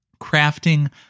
crafting